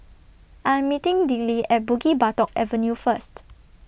I'm meeting Dillie At Bukit Batok Avenue First